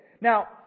Now